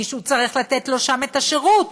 מישהו צריך לתת לו שם את השירות.